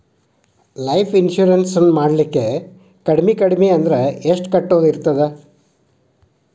Life insurance ನ ಮಾಡ್ಲಿಕ್ಕೆ ಕಡ್ಮಿ ಕಡ್ಮಿ ಅಂದ್ರ ಎಷ್ಟ್ ಕಟ್ಟೊದಿರ್ತದ?